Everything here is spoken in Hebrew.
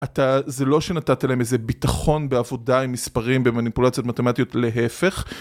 אתה, זה לא שנתת להם איזה ביטחון בעבודה עם מספרים במניפולציות מתמטיות, להפך